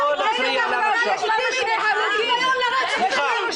-- -שני הרוגים,